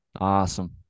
awesome